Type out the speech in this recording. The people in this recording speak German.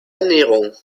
ernährung